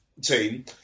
team